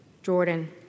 Jordan